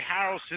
Harrelson